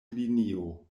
linio